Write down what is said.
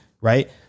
right